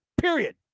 period